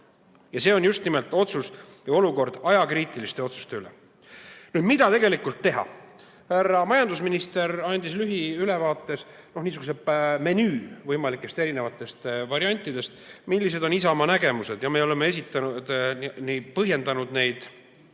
Ja see on just nimelt otsus ja olukord ajakriitiliste otsuste üle. Mida tegelikult teha? Härra majandusminister andis lühiülevaates niisuguse menüü võimalikest variantidest. Millised on Isamaa nägemused? Me oleme nii põhjendanud neid